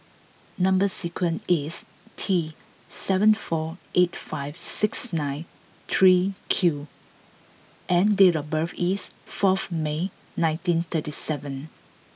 number sequence is T seven four eight five six nine three Q and date of birth is fourth May nineteen thirty seven